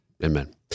Amen